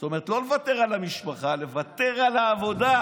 זאת אומרת, לא לוותר על המשפחה, לוותר על העבודה.